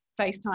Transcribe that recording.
FaceTime